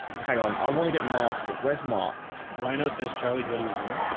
hang on i want to get market. where's mark rhino says charlie go to your room.